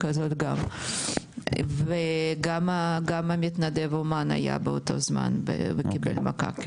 הזאת וגם המתנדב אומן היה באותו זמן וקיבל מכה.